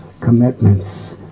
commitments